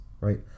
right